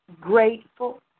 grateful